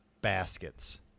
baskets